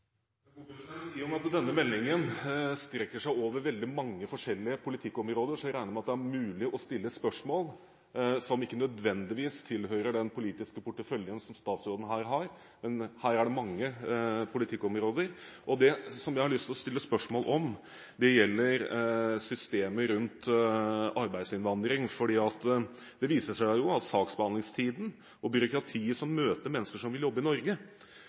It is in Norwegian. I og med at denne meldingen strekker seg over veldig mange forskjellige politikkområder, regner jeg med at det er mulig å stille spørsmål som ikke nødvendigvis tilhører den politiske porteføljen som statsråden her har. Her er det mange politikkområder. Det jeg har lyst å stille spørsmål om, gjelder systemet rundt arbeidsinnvandring. Det viser seg at saksbehandlingstiden og byråkratiet som møter mennesker som vil jobbe i Norge,